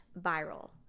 viral